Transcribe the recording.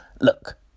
look